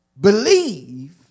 believe